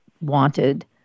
wanted